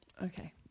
Okay